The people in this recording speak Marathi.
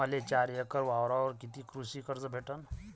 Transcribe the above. मले चार एकर वावरावर कितीक कृषी कर्ज भेटन?